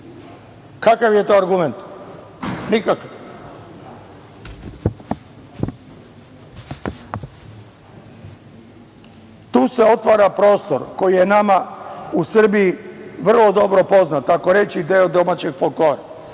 Kakav je to argument? Nikakav. Tu se otvara prostor koji je nama u Srbiji vrlo dobro poznat, tzv. deo je domaćeg folklora.